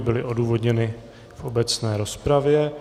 Byly odůvodněny v obecné rozpravě.